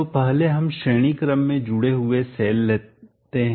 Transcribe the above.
तो पहले हम श्रेणी क्रम में जुड़े हुए सेल लेते हैं